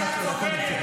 הוא לא טיפל בה.